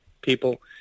people